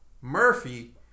Murphy